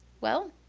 well,